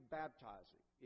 baptizing